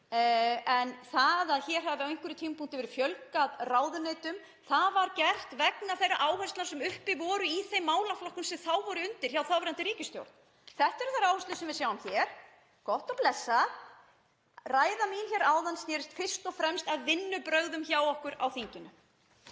En það að hér hafi ráðuneytum verið fjölgað á einhverjum tímapunkti — það var gert vegna þeirra áherslna sem uppi voru í þeim málaflokkum sem voru undir hjá þáverandi ríkisstjórn. Þetta eru þær áherslur sem við sjáum hér. Gott og blessað. Ræða mín áðan sneri fyrst og fremst að vinnubrögðum hjá okkur á þinginu.